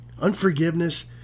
unforgiveness